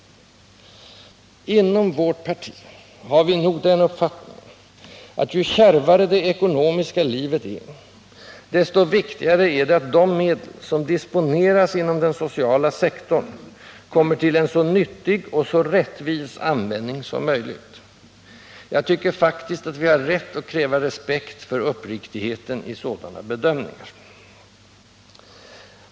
Inom vårt parti har vi nog den uppfattningen att ju kärvare landets ekonomiska klimat är, desto viktigare är det att de medel som disponeras inom den sociala sektorn kommer till så nyttig och så rättvis användning som möjligt. Jag tycker faktiskt att vi har rätt att kräva respekt för uppriktigheten i sådana bedömningar.